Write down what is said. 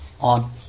on